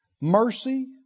mercy